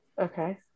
Okay